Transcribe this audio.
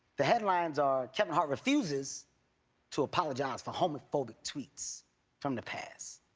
the headlines are, kevin hart refuses to apologize for homophobic tweets from the past.